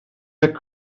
eisiau